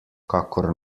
kakor